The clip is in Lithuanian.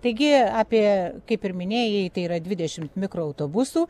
taigi apie kaip ir minėjai tai yra dvidešimt mikroautobusų